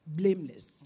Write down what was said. blameless